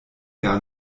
gar